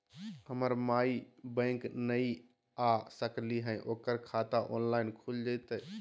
हमर माई बैंक नई आ सकली हई, ओकर खाता ऑनलाइन खुल जयतई?